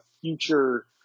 future